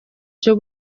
cyo